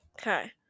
Okay